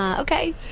okay